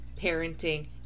parenting